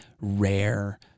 rare